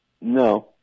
No